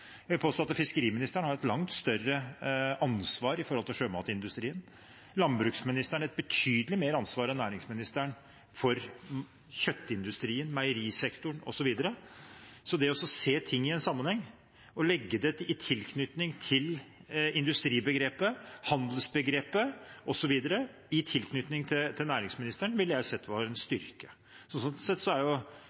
Jeg vil påstå at fiskeriministeren har et langt større ansvar for sjømatindustrien, og at landbruksministeren har et betydelig større ansvar enn næringsministeren for kjøttindustrien, meierisektoren osv. Det å se ting i sammenheng og i tilknytning til industribegrepet, handelsbegrepet osv. i tilknytning til næringsministeren ville jeg sett på som en styrke. Slik sett er